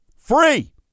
free